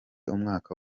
umwaka